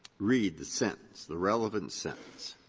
read the sentence, the relevant sentence.